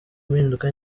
impinduka